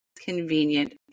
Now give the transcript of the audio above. convenient